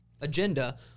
agenda